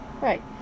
Right